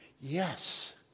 Yes